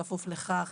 בכפוף לכך